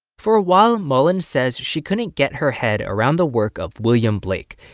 for a while, mullen says she couldn't get her head around the work of william blake.